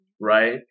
right